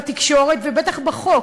בתקשורת ובטח בחוק.